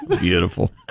Beautiful